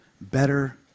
better